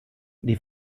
die